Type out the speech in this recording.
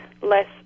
less